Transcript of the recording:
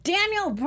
Daniel